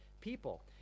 people